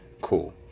Cool